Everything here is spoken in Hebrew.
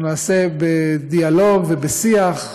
נעשה זאת בדיאלוג ובשיח,